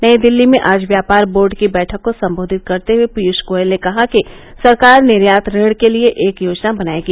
नई दिल्ली में आज व्यापार बोर्ड की बैठक को संबोधित करते हुए पीयूष गोयल ने कहा कि सरकार निर्यात ऋण के लिए एक योजना बनाएगी